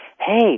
Hey